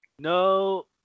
No